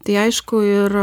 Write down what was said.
tai aišku ir